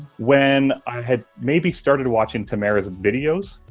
when i had maybe started watching tamara's videos,